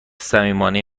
صمیمانه